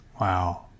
Wow